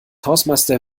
hausmeister